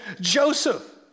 Joseph